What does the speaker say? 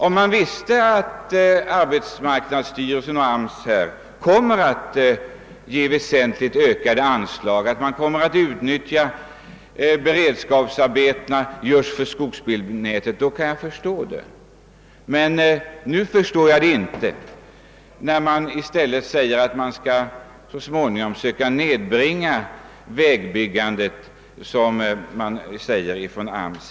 Om man visste att arbetsmarknadsstyrelsen kommer att ge väsentligt ökat anslag till beredskapsarbeten just för skogsbilvägnätet, skulle jag kunna förstå att anslagsramen bibehålles. Nu säger arbetsmarknadsstyrelsen i stället att man skall försöka nedbringa vägbyggandet, och då förstår jag det inte.